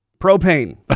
propane